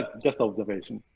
just observation.